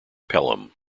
pelham